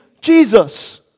Jesus